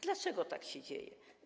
Dlaczego tak się dzieje?